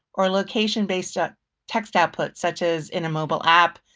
or location based ah text output, such as in a mobile app,